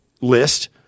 list